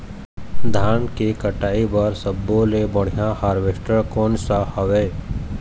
धान के कटाई बर सब्बो ले बढ़िया हारवेस्ट कोन सा हवए?